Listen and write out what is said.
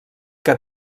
que